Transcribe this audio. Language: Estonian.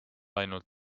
ainult